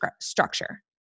structure